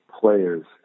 players